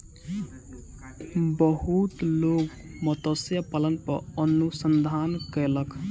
बहुत लोक मत्स्य पालन पर अनुसंधान कयलक